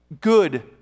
Good